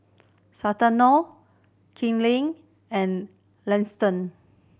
Santino Kinley and